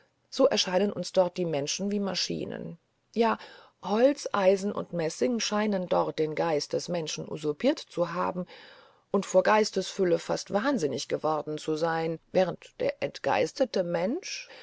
so erscheinen uns dort die menschen wie maschinen ja holz eisen und messing scheinen dort den geist des menschen usurpiert zu haben und vor geistesfülle fast wahnsinnig geworden zu sein während der entgeistete mensch